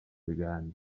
began